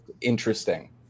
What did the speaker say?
interesting